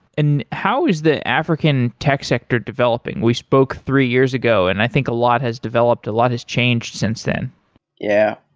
and how is the african tech sector developing? we spoke three years ago, and i think a lot has developed, a lot has changed since then yeah.